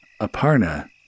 Aparna